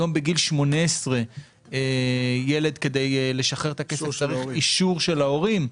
היום בגיל 18 כדי לשחרר את הכסף שלו ילד צריך אישור של ההורים.